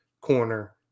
corner